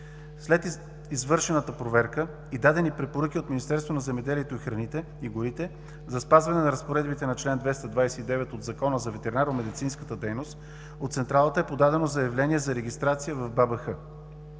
След извършената проверка и дадени препоръки от Министерството на земеделието, храните и горите, за спазване на разпоредбите на чл. 229 от Закона за ветеринарномедицинската дейност, от Централата е подадено заявление за регистрация в БАБХ.